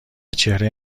چهره